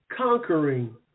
Conquering